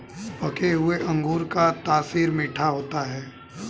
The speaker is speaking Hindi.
पके हुए अंगूर का तासीर मीठा होता है